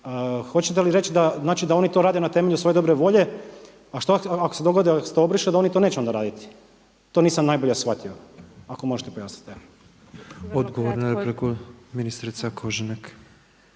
Hoćete li reći da, znači da oni to rade na temelju svoje dobre volje. A šta ako se dogodi ako se to obriše, da oni to neće onda raditi? To nisam najbolje shvatio ako možete pojasniti. Evo. **Petrov, Božo